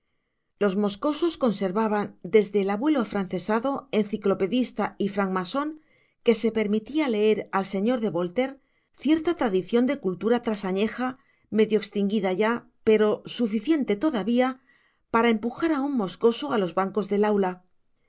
los moscosos conservaban desde el abuelo afrancesado enciclopedista y francmasón que se permitía leer al señor de voltaire cierta tradición de cultura trasañeja medio extinguida ya pero suficiente todavía para empujar a un moscoso a los bancos del aula